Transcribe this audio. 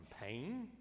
pain